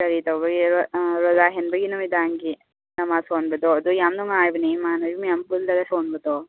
ꯀꯔꯤ ꯇꯧꯕꯒꯤ ꯔꯣꯖꯥ ꯍꯦꯟꯕꯒꯤ ꯅꯨꯃꯤꯗꯥꯡꯒꯤ ꯅꯃꯥꯖ ꯁꯣꯟꯕꯗꯣ ꯑꯗꯣ ꯌꯥꯝꯅ ꯅꯨꯉꯥꯏꯕꯅꯦ ꯏꯃꯥꯅꯕꯤ ꯃꯌꯥꯝ ꯄꯨꯜꯂꯒ ꯁꯣꯟꯕꯗꯣ